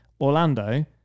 orlando